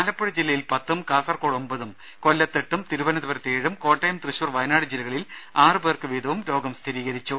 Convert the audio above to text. ആലപ്പുഴ ജില്ലയിൽ പത്തും കാസർകോട് ഒമ്പതും കൊല്ലത്ത് എട്ടും തിരുവനന്തപുരത്ത് ഏഴും കോട്ടയം തൃശൂർ വയനാട് ജില്ലകളിൽ ആറു പേർക്കു വീതവും രോഗം സ്ഥിരീകരിച്ചു